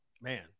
Man